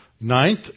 Ninth